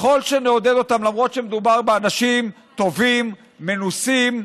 למרות שמדובר באנשים טובים, מנוסים.